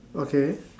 okay